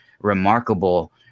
remarkable